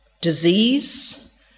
disease